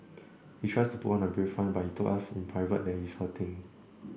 he tries to put on a brave front but he told us in private that he is hurting